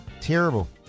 Terrible